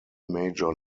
major